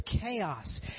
chaos